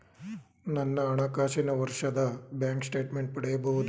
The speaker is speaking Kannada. ನನ್ನ ಹಣಕಾಸಿನ ವರ್ಷದ ಬ್ಯಾಂಕ್ ಸ್ಟೇಟ್ಮೆಂಟ್ ಪಡೆಯಬಹುದೇ?